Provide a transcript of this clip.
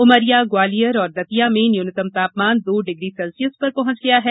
उमरिया ग्वालियर और दतिया में न्यूनतम तापमान दो डिग्री सेल्सियस पर पहंच गया है